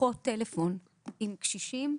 שיחות טלפון עם קשישים,